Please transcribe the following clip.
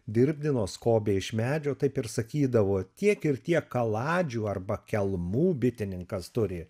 dirbdino skobė iš medžio taip ir sakydavo tiek ir tiek kaladžių arba kelmų bitininkas turi